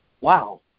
Wow